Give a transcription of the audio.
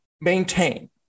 maintain